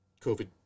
COVID